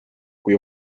kui